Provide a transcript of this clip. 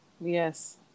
yes